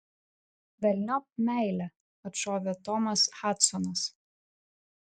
velniop meilę atšovė tomas hadsonas